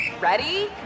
Ready